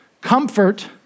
comfort